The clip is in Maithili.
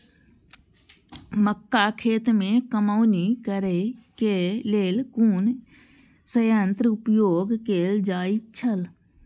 मक्का खेत में कमौनी करेय केय लेल कुन संयंत्र उपयोग कैल जाए छल?